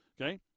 Okay